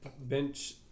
bench